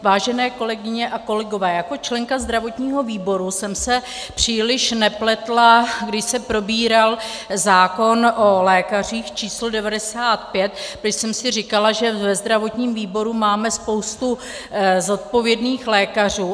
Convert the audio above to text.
Vážené kolegyně a kolegové, jako členka zdravotního výboru jsem se příliš nepletla, když se probíral zákon o lékařích č. 95, když jsem si říkala, že ve zdravotním výboru máme spoustu zodpovědných lékařů.